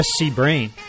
scbrain